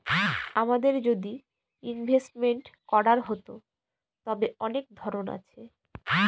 আমাদের যদি ইনভেস্টমেন্ট করার হতো, তবে অনেক ধরন আছে